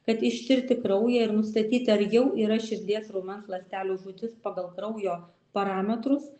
kad ištirti kraują ir nustatyti ar jau yra širdies raumens ląstelių žūtis pagal kraujo parametrus